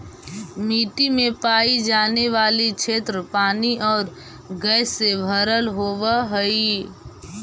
मिट्टी में पाई जाने वाली क्षेत्र पानी और गैस से भरल होवअ हई